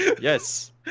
Yes